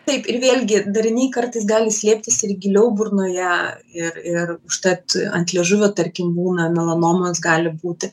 taip ir vėlgi dariniai kartais gali slėptis ir giliau burnoje ir ir užtat ant liežuvio tarkim būna melanomos gali būti